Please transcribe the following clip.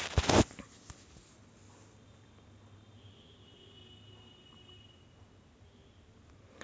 उत्पादनाच्या कोणत्याही साधनासाठी बदलण्यायोग्य नाहीत, भांडवलात परिवर्तनीय नाहीत